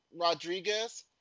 Rodriguez